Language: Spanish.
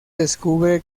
descubre